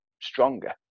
stronger